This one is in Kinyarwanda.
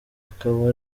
akaba